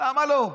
למה לא?